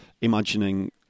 imagining